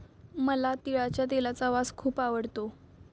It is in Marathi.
मला तिळाच्या तेलाचा वास खूप आवडतो